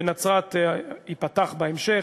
בנצרת ייפתח בהמשך.